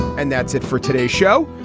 and that's it for today's show.